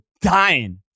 dying